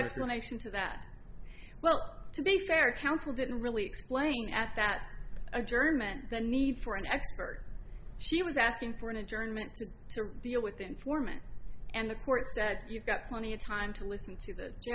explanation to that well to be fair counsel didn't really explain at that adjournment the need for an expert she was asking for an adjournment to deal with the informant and the court said you've got plenty of time to listen to the you